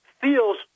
feels